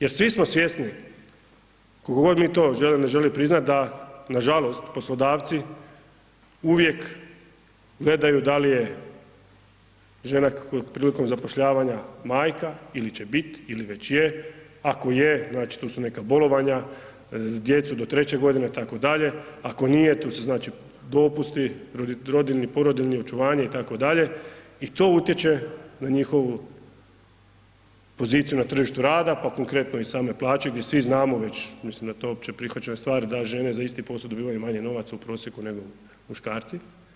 Jer smo svijesti koliko god mi to želili, ne želili priznat da nažalost poslodavci uvijek gledaju da li je žena prilikom zapošljavanja majka ili će biti ili već je, ako je znači tu su neka bolovanja, djecu do 3 godine itd., ako nije tu su znači dopusti, rodiljni, porodiljni, očuvanje itd. i to utječe na njihovu poziciju na tržištu rada pa konkretno i same plaće gdje svi znamo već mislim da je to opće prihvaćena stvar da žene za isti posao dobivaju manje novaca u prosjeku nego muškarci.